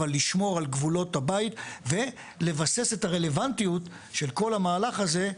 אבל לשמור על גבולות הבית ולבסס את הרלוונטיות של כל המהלך הזה,